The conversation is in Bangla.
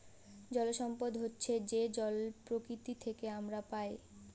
জল সম্পদ হচ্ছে যে জল প্রকৃতি থেকে আমরা পায়